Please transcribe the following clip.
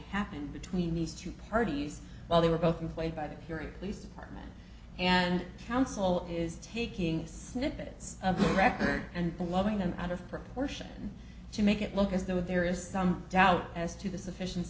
happened between these two parties while they were both employed by the hearing least apartment and council is taking snippets of record and blowing them out of proportion to make it look as though there is some doubt as to the sufficien